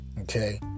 Okay